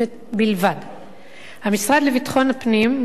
המשרד לביטחון הפנים ומשרד המשפטים ישבו על המדוכה